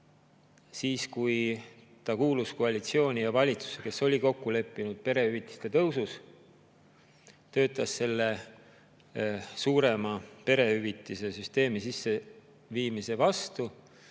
kui ta kuulus koalitsiooni ja valitsusse, kes oli kokku leppinud perehüvitiste tõusus, töötas suurema perehüvitise süsteemi sisseviimise vastu,